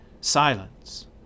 Silence